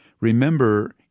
Remember